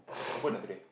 open ah today